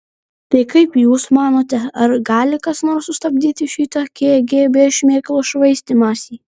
tai kaip jūs manote ar gali kas nors sustabdyti šitą kgb šmėklos švaistymąsi